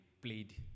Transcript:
played